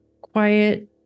quiet